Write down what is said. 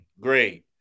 Great